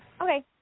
okay